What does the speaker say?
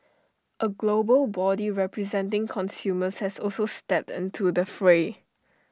A global body representing consumers has also stepped into the fray